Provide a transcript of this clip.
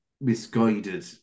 misguided